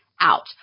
out